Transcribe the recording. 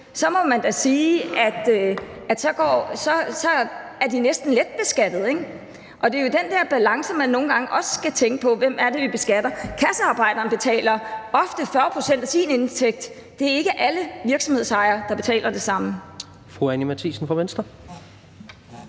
må man da sige, at de næsten er let beskattet. Den balance, man også nogle gange skal tænke på, er, hvem det er, vi beskatter. Kassemedarbejderen betaler ofte 40 pct. af sin indtægt i skat. Det er ikke alle virksomhedsejere, der betaler det samme.